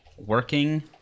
Working